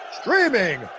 streaming